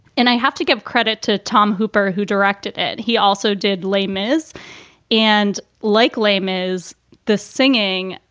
and i have to give credit to tom hooper, who directed it. he also did. lame is and like lame is the singing.